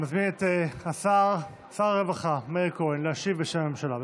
אני מזמין את שר הרווחה מאיר כהן להשיב בשם הממשלה,